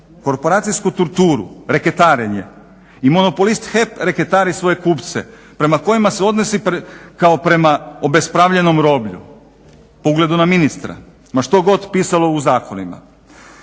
korporacijsku kulturu, reketarenje i monopolist HEP reketari svoje kupce prema kojima se odnosi kao prema obespravljenom roblju u pogledu na ministra, ma što god pisalo u zakonima.